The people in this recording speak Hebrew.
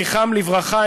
זכרם לברכה,